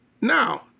Now